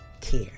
care